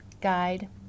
guide